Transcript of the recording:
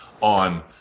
on